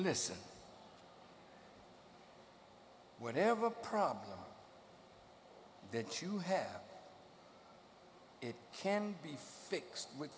listen whatever problem that you have it can be fixed with